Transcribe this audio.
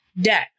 debt